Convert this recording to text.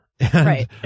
Right